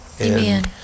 Amen